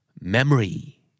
Memory